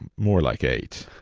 and more like eight.